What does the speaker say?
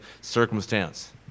circumstance